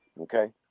Okay